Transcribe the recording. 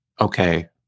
okay